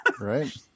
Right